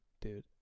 dude